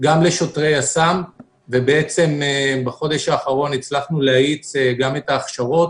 גם לשוטרי יס"מ ובעצם בחודש האחרון הצלחנו להאיץ גם את ההכשרות